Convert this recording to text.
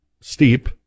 steep